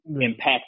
impact